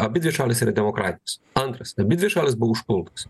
abidvi šalys yra demokratijos antras abidvi šalys buvo užpultos